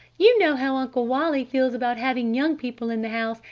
you know how uncle wally feels about having young people in the house!